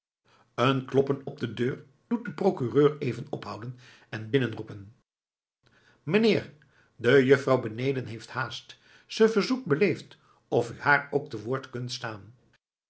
een kloppen op de deur doet den procureur even ophouden en binnen roepen meneer de juffrouw beneden heeft haast zij verzoekt beleefd of u haar ook te woord kunt staan